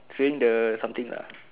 sewing the something lah